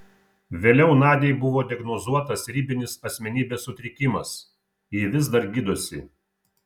vėliau nadiai buvo diagnozuotas ribinis asmenybės sutrikimas ji vis dar gydosi